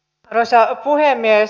arvoisa puhemies